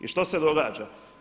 I što se događa?